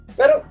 pero